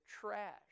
trash